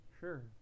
sure